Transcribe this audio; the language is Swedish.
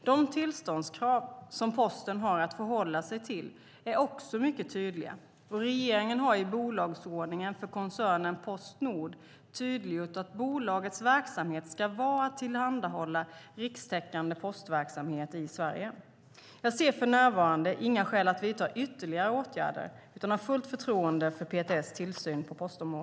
De tillståndskrav som Posten har att förhålla sig till är också mycket tydliga, och regeringen har i bolagsordningen för koncernen Post Nord tydliggjort att bolagets verksamhet ska vara att tillhandahålla rikstäckande postverksamhet i Sverige. Jag ser för närvarande inga skäl att vidta ytterligare åtgärder utan har fullt förtroende för PTS tillsyn på postområdet.